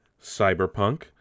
Cyberpunk